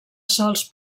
sòls